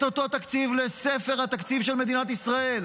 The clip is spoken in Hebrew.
את אותו תקציב לספר התקציב של מדינת ישראל,